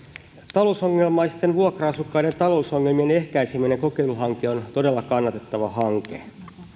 talousongelmaisten vuokra asukkaiden talousongelmien ehkäiseminen kokeiluhanke on on todella kannatettava hanke